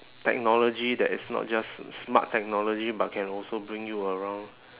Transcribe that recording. technology that is not just smart technology but can also bring you around